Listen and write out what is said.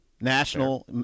National